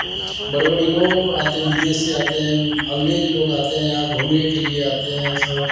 बड़े बड़े लोग आते हैं विदेशी आते हैं अंग्रेज लोग आते हैं यहाँ घूमने के लिए आते हैं सब